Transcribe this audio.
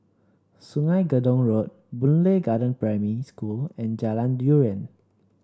Sungei Gedong Road Boon Lay Garden Primary School and Jalan Durian